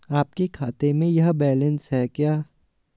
आपके खाते में यह बैलेंस है क्या?